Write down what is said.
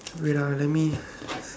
wait ah let me